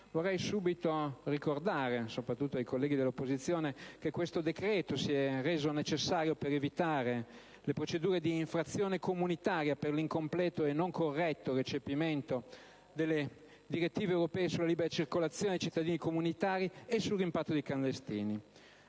Vorrei subito ricordare, soprattutto ai colleghi dell'opposizione, che questo decreto si è reso necessario per evitare le procedure di infrazione comunitaria per l'incompleto e non corretto recepimento delle direttive europee sulla libera circolazione dei cittadini comunitari e sul rimpatrio dei clandestini.